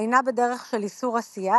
אינה בדרך של איסור עשייה,